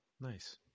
Nice